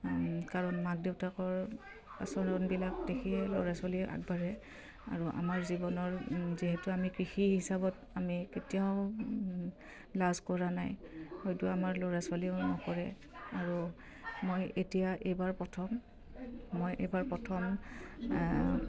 কাৰণ মাক দেউতাকৰ আচৰণবিলাক দেখিয়ে ল'ৰা ছোৱালীয়ে আগবাঢ়ে আৰু আমাৰ জীৱনৰ যিহেতু আমি কৃষি হিচাপত আমি কেতিয়াও লাজ কৰা নাই হয়তো আমাৰ ল'ৰা ছোৱালীয়েও নকৰে আৰু মই এতিয়া এইবাৰ প্ৰথম মই এইবাৰ প্ৰথম